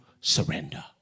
surrender